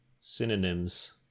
synonyms